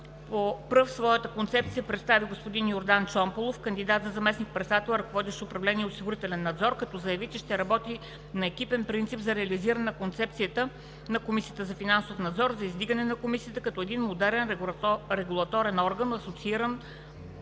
Пръв своята концепция представи господин Йордан Чомпалов – кандидат за заместник-председател, ръководещ управление „Осигурителен надзор“, като заяви, че ще работи на екипен принцип за реализиране на концепцията на Комисията за финансов надзор и за издигане на Комисията като един модерен регулативен орган, асоцииран